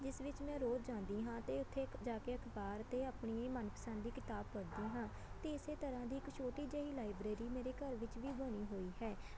ਜਿਸ ਵਿੱਚ ਮੈਂ ਰੋਜ਼ ਜਾਂਦੀ ਹਾਂ ਅਤੇ ਉੱਥੇ ਜਾ ਕੇ ਅਖਬਾਰ ਅਤੇ ਆਪਣੀ ਇਹ ਮਨਪਸੰਦ ਦੀ ਕਿਤਾਬ ਪੜ੍ਹਦੀ ਹਾਂ ਅਤੇ ਇਸੇ ਤਰ੍ਹਾਂ ਦੀ ਇੱਕ ਛੋਟੀ ਜਿਹੀ ਲਾਇਬ੍ਰੇਰੀ ਮੇਰੇ ਘਰ ਵਿੱਚ ਵੀ ਬਣੀ ਹੋਈ ਹੈ